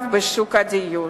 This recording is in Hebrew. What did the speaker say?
בשוק הדיור.